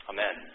Amen